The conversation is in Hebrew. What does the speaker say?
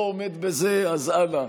לא עומד בזה, אז אנא,